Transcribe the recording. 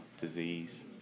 disease